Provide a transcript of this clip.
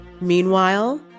Meanwhile